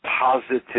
positive